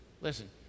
Listen